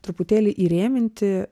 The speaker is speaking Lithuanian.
truputėlį įrėminti